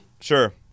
Sure